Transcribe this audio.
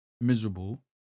miserable